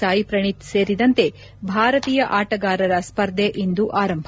ಸಾಯಿ ಪ್ರಣೀತ್ ಸೇರಿದಂತೆ ಭಾರತೀಯ ಆಟಗಾರರ ಸ್ಪರ್ಧೆ ಇಂದು ಆರಂಭ